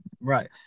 Right